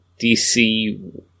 DC